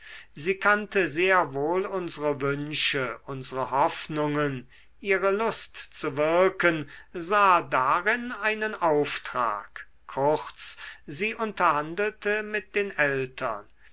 sie kannte sehr wohl unsre wünsche unsre hoffnungen ihre lust zu wirken sah darin einen auftrag kurz sie unterhandelte mit den eltern